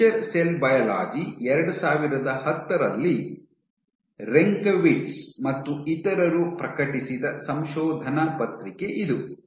nature cell biology 2010 ರಲ್ಲಿ Renkawitz ಮತ್ತು ಇತರರು ಪ್ರಕಟಿಸಿದ ಸಂಶೋಧನಾ ಪತ್ರಿಕೆ ಇದು